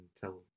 tell